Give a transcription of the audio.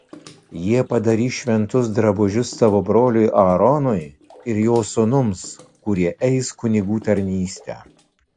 jie padarys šventus drabužius tavo broliui aaronui ir jo sūnums kurie eis kunigų tarnystę